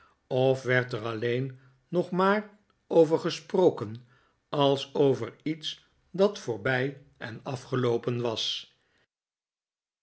of werd er alleen nog maar over gesproken als over iets dat voorbij en afgeloopen was